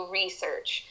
research